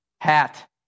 Hat